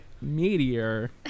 meteor